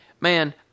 man